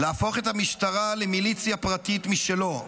להפוך את המשטרה למיליציה פרטית משלו.